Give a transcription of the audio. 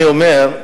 אני אומר,